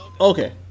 Okay